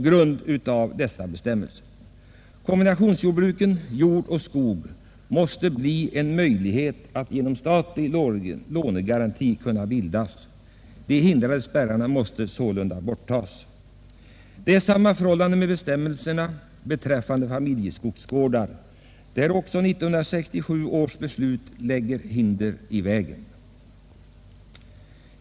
Genom statlig lånegaranti måste det skapas möjligheter att bilda kombinationsjordbruk med både jord och skog. De hindrande spärrarna måste således borttas. Samma förhållande råder när det gäller bestämmelserna beträffande familjeskogsgårdar. Också i detta fall lägger 1967 års beslut hinder i vägen.